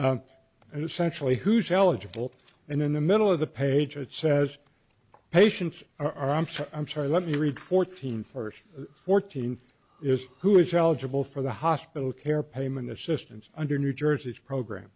essentially who's eligible and in the middle of the page it says patients are i'm sorry i'm sorry let me read fourteen first fourteen is who is eligible for the hospital care payment assistance under new jersey's program